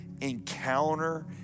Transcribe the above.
encounter